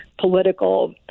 political